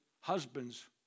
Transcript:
husbands